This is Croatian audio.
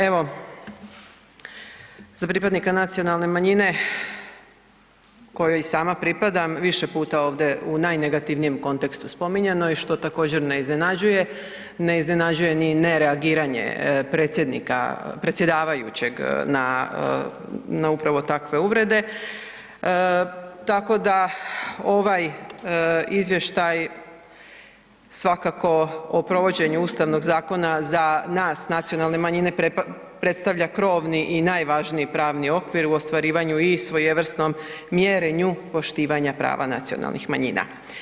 Evo, za pripadnika nacionalne manjine kojoj i sama pripadam, više puta ovdje u najnegativnijem kontekstu spominjano je što također ne iznenađuje, ne iznenađuje ni ne reagiranje predsjedavajućeg na upravo takve uvrede, tako da ovaj izvještaj svakako o provođenju Ustavnog zakona za nas, nacionalne manjine, predstavlja krovni i najvažniji pravni okvir u ostvarivanju i svojevrsnom mjerenju poštivanja prava nacionalnih manjina.